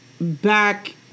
back